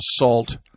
assault